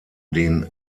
den